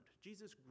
Jesus